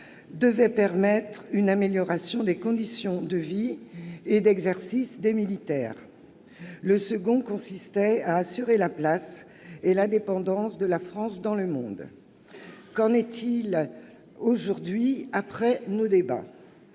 devait permettre une amélioration des conditions de vie et d'exercice des militaires. Le second consistait à assurer la place et l'indépendance de la France dans le monde. Qu'en est-il aujourd'hui, après nos débats ?